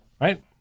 right